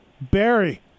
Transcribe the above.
Barry